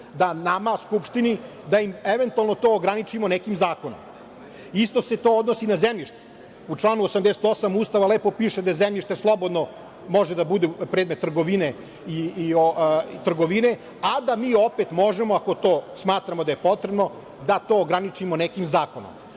da nama, Skupštini, da im eventualno to ograničimo nekim zakonom. Isto se to odnosi na zemljište. U članu 88. Ustava lepo piše da je zemljište slobodno, može da bude predmet trgovine, a da mi opet možemo, ako to smatramo da je potrebno da to ograničimo nekim zakonom. Ovaj